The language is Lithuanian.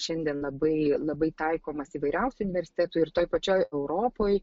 šiandien labai labai taikomas įvairiausių universitetų ir toje pačioje europoj